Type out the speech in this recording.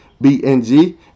B-N-G